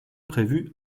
prévu